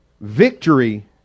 victory